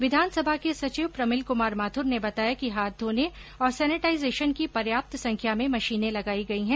विधानसभा के सचिव प्रमिल कुमार माथुर ने बताया कि हाथ धोने और सैनेटाइजेशन की पर्याप्त संख्या में मशीनें लगाई गई है